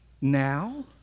now